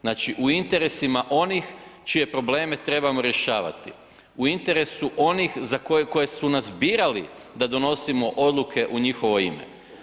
Znači u interesima onih čije probleme trebamo rješavati, u interesu onih koji su nas birali da donosimo odluke u njihovo ime.